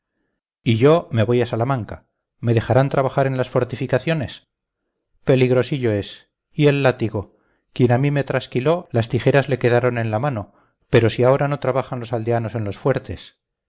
y yo me voy a salamanca me dejarán trabajar en las fortificaciones peligrosillo es y el látigo quien a mí me trasquiló las tijeras le quedaron en la mano pero si ahora no trabajan los aldeanos en los fuertes